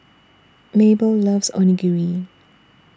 Mabelle loves Onigiri